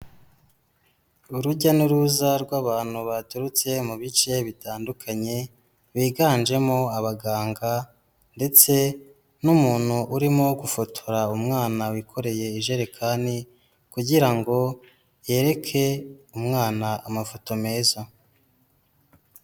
Urujya n'uruza rw'abantu baturutse mu bice bitandukanye biganjemo abaganga ndetse n'umuntu urimo gufotora umwana wikoreye ijerekani kugira ngo yereke umwana amafoto meza.